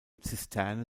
zisterne